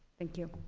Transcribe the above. thank you.